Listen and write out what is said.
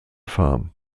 farm